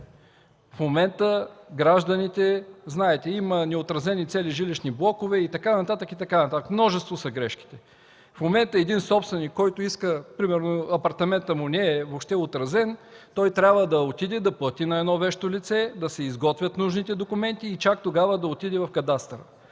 В момента знаете, че има неотразени цели жилищни блокове и така нататък, множество са грешките. В момента един собственик, на който примерно апартаментът му въобще не е отразен, трябва да отиде да плати на вещо лице да се изготвят нужните документи и чак тогава да отиде в кадастъра.